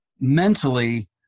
mentally